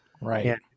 Right